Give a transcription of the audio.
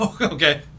Okay